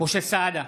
משה סעדה,